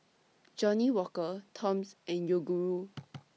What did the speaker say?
Johnnie Walker Toms and Yoguru